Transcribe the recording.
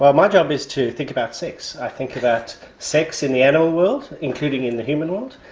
um my job is to think about sex. i think about sex in the animal world, including in the human world,